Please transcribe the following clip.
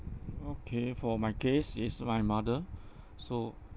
okay for my case is my mother so